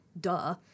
Duh